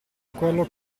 quello